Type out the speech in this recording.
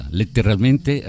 letteralmente